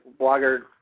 blogger